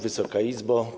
Wysoka Izbo!